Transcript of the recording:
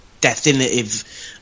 definitive